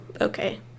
okay